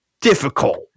difficult